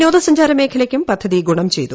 വിനോദസഞ്ചാര മേഖലയ്ക്കും പദ്ധതി ഗുണംചെയ്തു